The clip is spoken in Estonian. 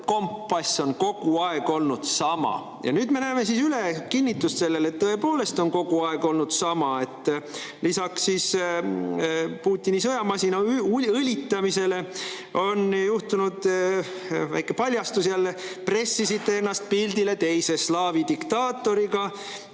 kompass on kogu aeg olnud sama. Nüüd me näeme kinnitust sellele, et tõepoolest on see kogu aeg olnud sama. Lisaks Putini sõjamasina õlitamisele on juhtunud jälle väike paljastus. Te pressisite ennast pildile teise slaavi diktaatoriga,